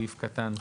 סעיף קטן (ח).